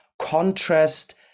contrast